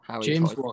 James